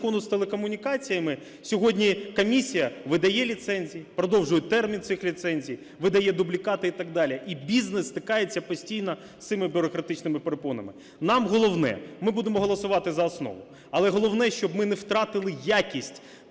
Закону з телекомунікаціями сьогодні комісія видає ліцензії, продовжує термін цих ліцензій, видає дублікати і так далі. І бізнес стикається постійно з цими бюрократичними перепонами. Нам головне, ми будемо голосувати за основу, але головне, щоб ми не втратили якість